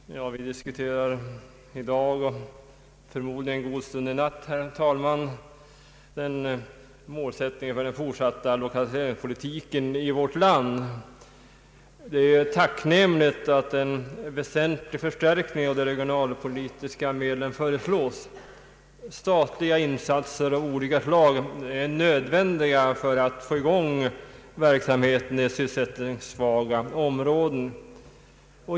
Herr talman! Vi diskuterar i dag och förmodligen en god stund i natt målsättningen för den fortsatta lokaliseringspolitiken i vårt land. Det är tacknämligt att en väsentlig förstärkning av de regionalpolitiska medlen föreslås. Statliga insatser av olika slag är nödvändiga för att få i gång verksamhet i sysselsättningssvaga områden.